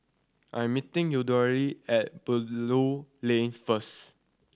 I'm meeting Yuridia at Belilio Lane first